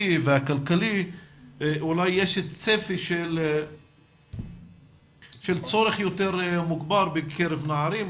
והכלכלי אולי יש צפי של צורך יותר מוגבר בקרב נערים,